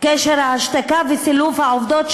קשר ההשתקה וסילוף העובדות,